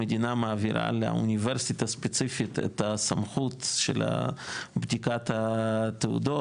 שהמדינה מעבירה לאוניברסיטה ספציפית את הסמכות של בדיקת התעודות,